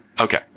Okay